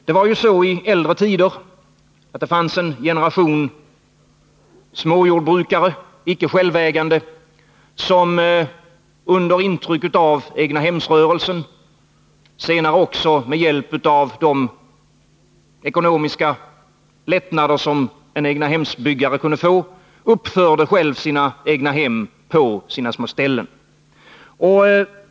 Det var ju så i äldre tider att det fanns en generation småjordbrukare — icke självägande — som under intryck av egnahemsrörelsen och senare med hjälp av de ekonomiska lättnader, som en egnahemsbyggare kunde få, själva uppförde egnahem på sina små ställen.